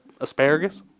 asparagus